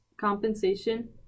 compensation